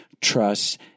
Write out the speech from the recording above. trust